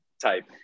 type